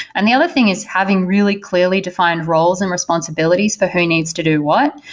and the other thing is having really clearly defined roles and responsibilities for who needs to do what.